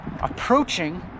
approaching